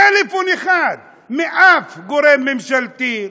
טלפון אחד מגורם ממשלתי,